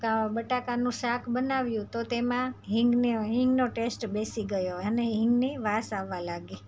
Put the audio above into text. કા બટાકાનું શાક બનાવ્યું તો તેમાં હિંગની હિંગનો ટેસ્ટ બેસી ગયો અને હિંગની વાસ આવવા લાગી